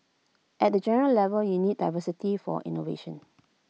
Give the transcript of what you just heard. at the general level you need diversity for innovation